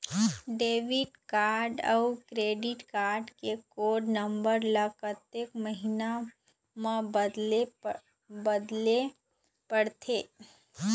Debit card अऊ credit card code कोड नंबर ला कतक महीना मा बदले पड़थे?